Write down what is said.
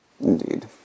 Indeed